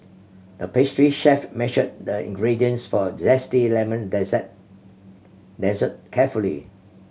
the pastry chef measured the ingredients for a zesty lemon dessert dessert carefully